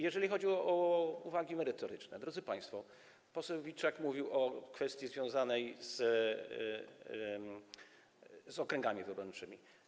Jeżeli chodzi o uwagi merytoryczne, drodzy państwo, to poseł Witczak mówił o kwestii związanej z okręgami wyborczymi.